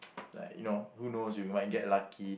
like you know who knows you might get lucky